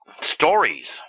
stories